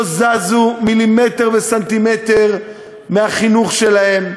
לא זזו מילימטר וסנטימטר מהחינוך שלהם,